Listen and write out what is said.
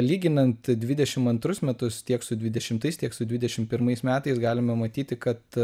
lyginant dvidešim antrus metus tiek su dvidešimtais tiek su dvidešim pirmais metais galima matyti kad